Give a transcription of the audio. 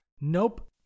Nope